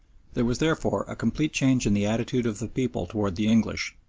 there was therefore a complete change in the attitude of the people towards the english,